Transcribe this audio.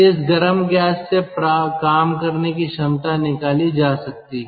इस गर्म गैस से काम करने की क्षमता निकाली जा सकती है